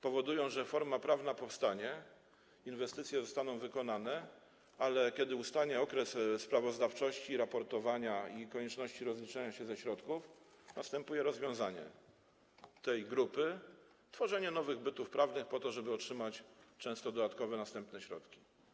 Powoduje to, że forma prawna powstanie, inwestycje zostaną wykonane, ale kiedy ustanie okres sprawozdawczości, raportowania i konieczności rozliczania się ze środków, następuje rozwiązanie tej grupy, tworzenie nowych bytów prawnych po to, żeby otrzymać często następne dodatkowe środki.